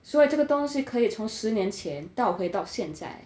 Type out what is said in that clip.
所以这个东西可以从十年前到回到现在